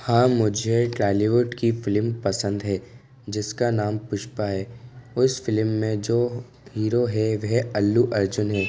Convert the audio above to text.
हाँ मुझे टॉलीवुड की फिलिम पसंद है जिसका नाम पुष्पा है उस फिलिम में जो हीरो है वह अल्लू अर्जुन है